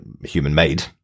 human-made